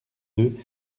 deux